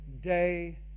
day